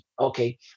okay